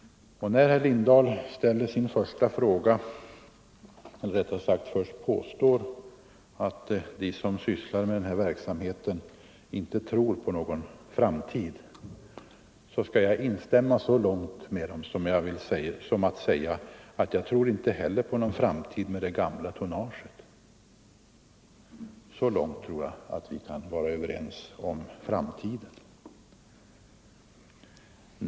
Herr Lindahl påstod att de som sysslar med den här verksamheten inte tror på någon framtid. Jag kan instämma i det så till vida att jag kan säga att jag inte heller tror på någon framtid med det gamla tonnaget. Så långt tror jag att vi kan vara ense när det gäller framtiden.